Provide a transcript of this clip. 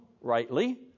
rightly